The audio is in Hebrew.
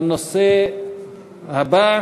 לנושא הבא.